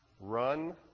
Run